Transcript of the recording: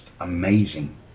amazing